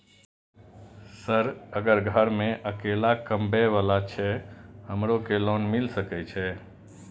Sir अगर घर में अकेला कमबे वाला छे हमरो के लोन मिल सके छे?